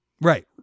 right